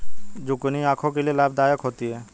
zucchini आंखों के लिए लाभदायक होती है